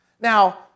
Now